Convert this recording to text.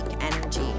energy